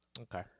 okay